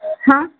હા